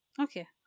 okay